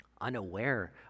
unaware